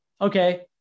okay